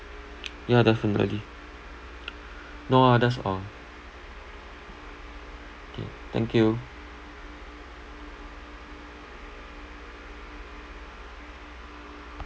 ya definitely no ah that's all okay thank you